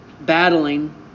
battling